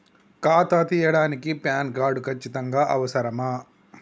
ఖాతా తీయడానికి PAN card ఖచ్చితంగా అవసరమా?